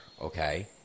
okay